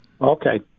Okay